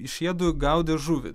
šie du gaudė žuvį